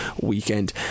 weekend